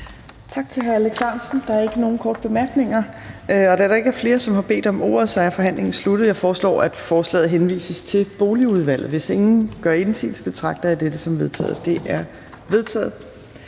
Tak til hr. Alex Ahrendtsen. Der er ikke nogen korte bemærkninger. Da der ikke er flere, som har bedt om ordet, er forhandlingen sluttet. Jeg foreslår, at forslaget henvises til Boligudvalget. Hvis ingen gør indsigelse, betragter jeg dette som vedtaget. Det er vedtaget.